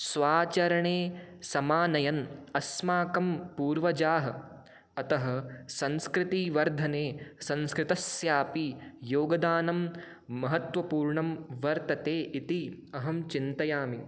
स्वाचरणे समानयन् अस्माकं पूर्वजाः अतः संस्कृतिवर्धने संस्कृतस्यापि योगदानं महत्त्वपूर्णं वर्तते इति अहं चिन्तयामि